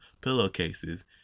pillowcases